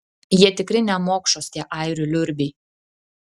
jie tikri nemokšos tie airių liurbiai